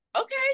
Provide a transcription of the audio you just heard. okay